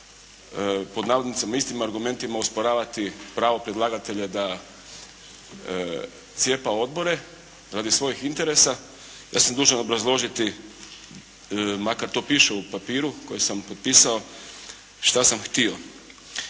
pod navodnicima istim argumentima osporavati pravo predlagatelja da cijepa odbore radi svojih interesa, ja sam dužan obrazložiti, makar to piše u papiru koji sam potpisao šta sam htio.